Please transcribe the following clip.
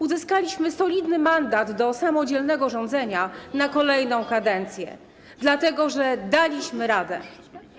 Uzyskaliśmy solidny mandat do samodzielnego rządzenia na kolejną kadencję, dlatego że daliśmy radę.